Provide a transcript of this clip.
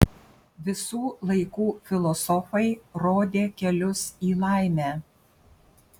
visų laikų filosofai rodė kelius į laimę